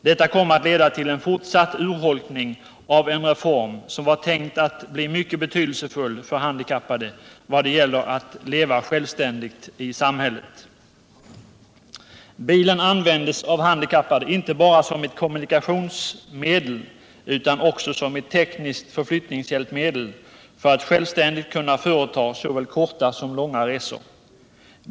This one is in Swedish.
Det kommer att leda till en fortsatt urholkning av en reform som var tänkt att bli mycket betydelsefull för handikappade vad det gäller att leva självständigt i samhället. Bilen används av handikappade inte bara som ett kommunikationsmedel utan också som ett tekniskt förflyttningshjälpmedel för att de självständigt skall kunna företa såväl korta som långa resor.